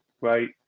right